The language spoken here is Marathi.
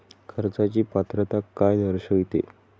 कर्जाची पात्रता काय दर्शविते?